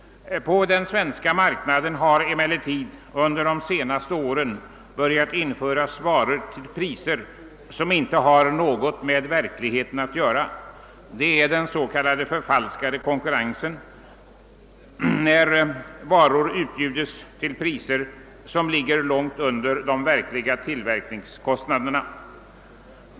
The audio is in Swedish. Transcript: På den svenska marknaden har emellertid under de senaste åren börjat införas varor till priser, som inte har något med verkligheten att göra. Det är fråga om den s.k. förfalskade konkurrensen, då varor utbjudes till priser, som ligger långt under tillverkningskostnaderna.